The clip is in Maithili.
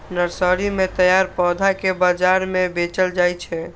नर्सरी मे तैयार पौधा कें बाजार मे बेचल जाइ छै